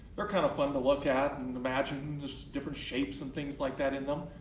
they're kind of fun to look at, and imagine just different shapes, and things like that in them.